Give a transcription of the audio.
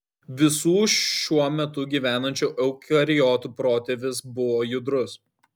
visų šiuo metu gyvenančių eukariotų protėvis buvo judrus